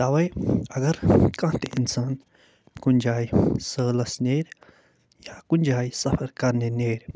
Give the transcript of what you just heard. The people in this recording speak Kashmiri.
تَوَے اگر کانٛہہ تہِ اِنسان کُنہِ جایہِ سٲلَس نیرِ یا کُنہِ جایہِ سفر کرنہِ نیرِ